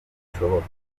bishoboka